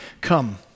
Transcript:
Come